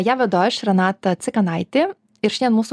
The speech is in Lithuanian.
ją vedu aš renata cikanaitė ir šian mūsų